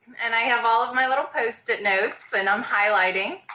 and i have all of my little post-it notes and i'm highlighting.